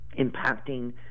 impacting